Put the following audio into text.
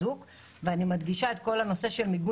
זאת אומרת, אנחנו בנושא של מיגון